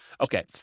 okay